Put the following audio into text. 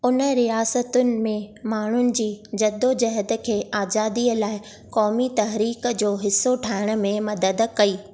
उन रियासतुनि में माण्हुनि जी जदोजहद खे आज़ादीअ लाइ क़ौमी तहरीक जो हिस्सो ठाहिण में मदद कई